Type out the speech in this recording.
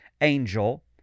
angel